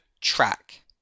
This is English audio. track